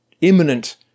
imminent